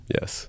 Yes